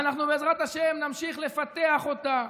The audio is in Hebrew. ואנחנו בעזרת השם נמשיך לפתח אותה,